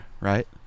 right